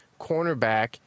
cornerback